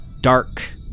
dark